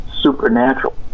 supernatural